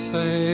Say